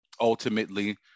ultimately